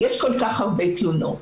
יש כל כך הרבה תלונות.